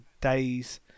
days